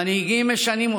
מנהיגים משנים אותה.